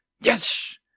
Yes